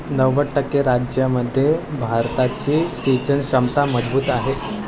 नव्वद टक्के राज्यांमध्ये भारताची सिंचन क्षमता मजबूत आहे